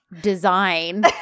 design